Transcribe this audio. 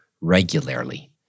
regularly